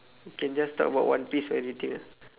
can just talk about one piece or anything ah